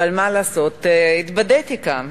אבל מה לעשות, התבדיתי כאן.